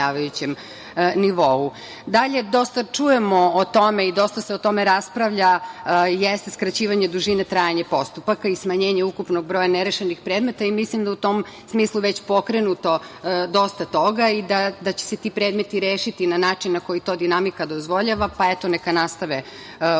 nivou. Dosta čujemo i dosta se o tome raspravlja, o skraćivanju dužine trajanja postupaka i smanjenje ukupnog broja nerešenih predmeta. Mislim da je u tom smislu već pokrenuto dosta toga i da će se ti predmeti rešiti na način na koji to dinamika dozvoljava, pa eto neka nastave u